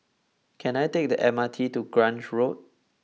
can I take the M R T to Grange Road